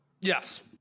Yes